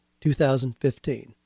2015